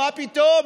מה פתאום,